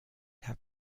have